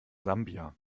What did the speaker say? sambia